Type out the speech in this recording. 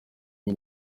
rwo